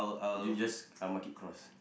you just uh mark it cross